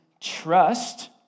trust